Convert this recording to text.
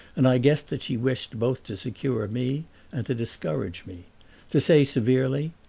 and i guessed that she wished both to secure me and to discourage me to say severely,